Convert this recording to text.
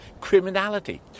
criminality